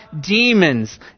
demons